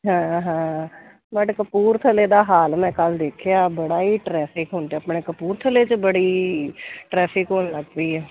ਹਾਂ ਹਾਂ ਤੁਹਾਡੇ ਕਪੂਰਥਲੇ ਦਾ ਹਾਲ ਮੈਂ ਕੱਲ੍ਹ ਦੇਖਿਆ ਬੜਾ ਹੀ ਟਰੈਫਿਕ ਹੁੰਦਾ ਆਪਣੇ ਕਪੂਰਥਲੇ 'ਚ ਬੜੀ ਟਰੈਫਿਕ ਹੋਣ ਲੱਗ ਪਈ ਹੈ